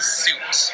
suit